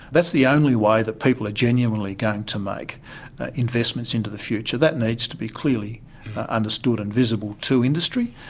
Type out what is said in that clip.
that's the only way that people are genuinely going to make investments into the future. that needs to be clearly understood and visible to industry.